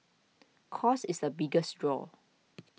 cost is the biggest draw